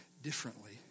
Differently